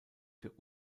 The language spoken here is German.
für